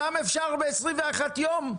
אותם אפשר ב-21 יום?